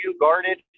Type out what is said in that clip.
guarded